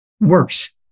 worse